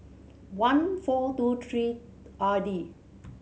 one four two three Ardi